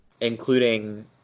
including